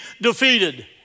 defeated